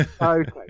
okay